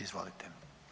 Izvolite.